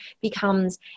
becomes